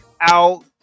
out